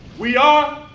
we are.